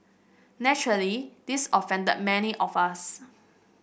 naturally this offended many of us